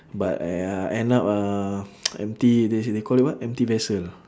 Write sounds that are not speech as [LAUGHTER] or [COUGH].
but !aiya! end up ah [NOISE] empty they say they call it what empty vessel